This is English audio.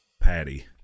patty